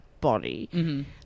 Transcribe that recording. body